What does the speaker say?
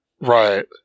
Right